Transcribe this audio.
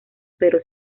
pero